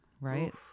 right